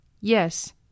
Yes